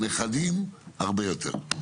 נכדים הרבה יותר.